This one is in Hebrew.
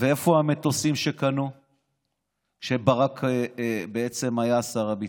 ואיפה המטוסים שקנו כשברק בעצם היה שר הביטחון?